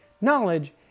knowledge